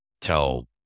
tell